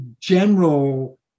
general